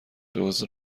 دزد